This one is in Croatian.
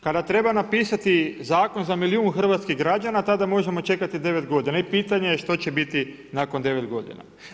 Kada treba napisati zakon za milijun hrvatskih građana, tada možemo čekati 9 godina i pitanje što će se biti nakon 9 godina.